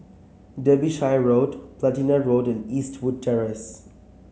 Derbyshire Road Platina Road and Eastwood Terrace